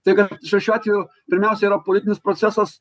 tai kad šiuo šiuo atveju pirmiausia yra politinis procesas